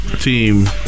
team